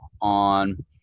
on